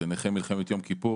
אלה נכי מלחמת יום כיפור